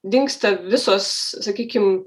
dingsta visos sakykim